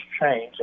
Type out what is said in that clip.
change